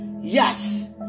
yes